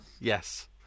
Yes